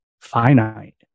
finite